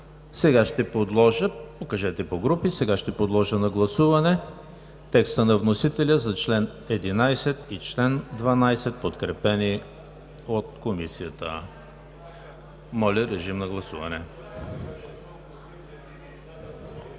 Сега ще подложа на гласуване текста на вносителя за чл. 11 и чл. 12, подкрепени от Комисията. Гласували